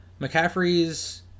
McCaffrey's